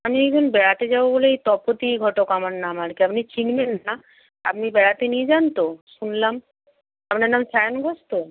আমি একজন বেড়াতে যাব বলে এই তপতী ঘটক আমার নাম আর কি আপনি চিনবেন না আপনি বেড়াতে নিয়ে যান তো শুনলাম আপনার নাম সায়ন ঘোষ তো